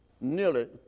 nearly